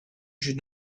should